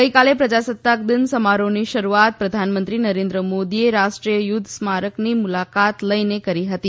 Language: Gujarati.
ગઇકાલે પ્રજાસત્તાક દિન સમારોહની શરૂઆત પ્રધાનમંત્રી નરેન્દ્ર મોદીએ રાષ્ટ્રીય યુદ્ધ સ્મારકની મુલાકાત લઈને કરી હતી